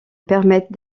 permettent